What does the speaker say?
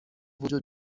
وجود